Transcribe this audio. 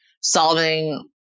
solving